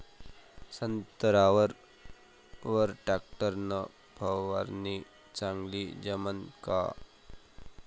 संत्र्यावर वर टॅक्टर न फवारनी चांगली जमन का?